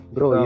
Bro